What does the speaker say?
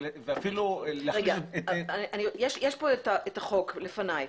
ואפילו --- רגע, יש פה את החוק לפניי.